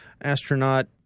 astronaut